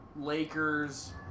Lakers